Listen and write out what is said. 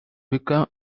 become